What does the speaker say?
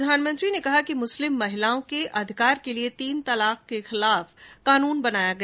प्रधानमंत्री ने कहा कि मुस्लिम महिलाओं के अधिकार के लिये तीन तलाक के खिलाफ कानून बनाया गया